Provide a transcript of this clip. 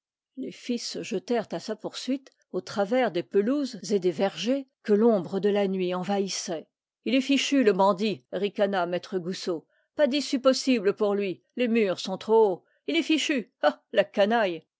les fils se jetèrent à sa poursuite au travers des pelouses et des vergers que l'ombre de la nuit envahissait il est fichu le bandit ricana maître goussot pas d'issue possible pour lui les murs sont trop hauts il est fichu ah la canaille